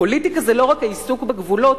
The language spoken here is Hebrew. פוליטיקה זה לא רק העיסוק בגבולות,